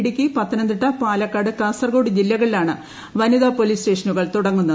ഇടുക്കി പത്തനംതിട്ട പാലക്കാട് കാസർകോഡ് ജില്ലകളിലാണ് വനിതാ police station തുടങ്ങുന്നത്